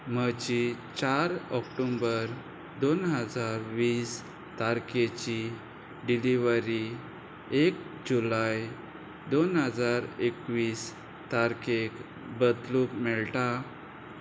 म्हजी चार ऑक्टोंबर दोन हजार वीस तारखेची डिलिव्हरी एक जुलाय दोन हजार एकवीस तारखेक बदलूंक मेळटा